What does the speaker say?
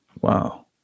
Wow